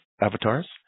avatars